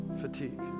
fatigue